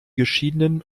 geschiedenen